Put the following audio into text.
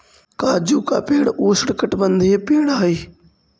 काजू का पेड़ उष्णकटिबंधीय पेड़ हई